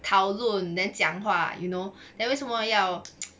讨论 then 讲话 you know then 为什么要